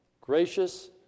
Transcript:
gracious